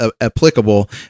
applicable